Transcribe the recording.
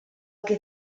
que